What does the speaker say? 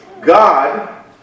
God